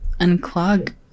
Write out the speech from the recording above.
unclog